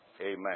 Amen